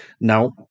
Now